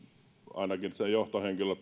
ainakin sen johtohenkilöt